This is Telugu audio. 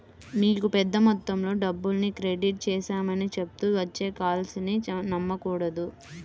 మీకు పెద్ద మొత్తంలో డబ్బుల్ని క్రెడిట్ చేశామని చెప్తూ వచ్చే కాల్స్ ని నమ్మకూడదు